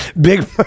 Big